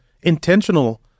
intentional